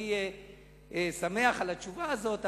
אני שמח על התשובה הזאת,